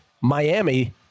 Miami